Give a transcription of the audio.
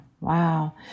wow